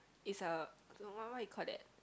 is a what what you call that